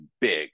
big